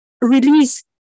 release